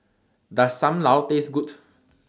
Does SAM Lau Taste Good